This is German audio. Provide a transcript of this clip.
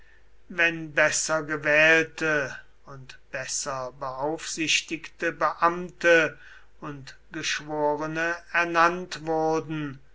wenn besser gewählte und besser beaufsichtigte beamte und geschworene ernannt wurden